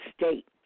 state